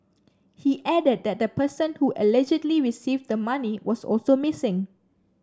he added that the person who allegedly received the money was also missing